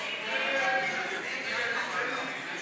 הסתייגות לחלופין של